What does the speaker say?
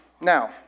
Now